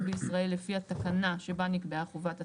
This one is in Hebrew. בישראל לפי התקנה שבה נקבעה חובת התשלום,